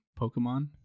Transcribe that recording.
Pokemon